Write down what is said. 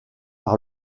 par